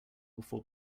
before